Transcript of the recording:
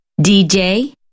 DJ